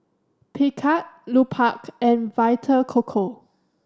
Picard Lupark and Vita Coco